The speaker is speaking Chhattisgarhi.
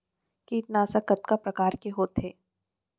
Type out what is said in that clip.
कीटनाशक कतका प्रकार के होथे?